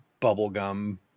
bubblegum